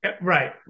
Right